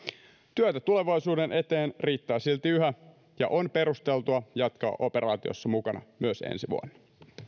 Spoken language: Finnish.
työtä tulevaisuuden eteen riittää silti yhä ja on perusteltua jatkaa operaatiossa mukana myös ensi vuonna